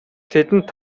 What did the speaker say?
тэдэнд